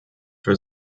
für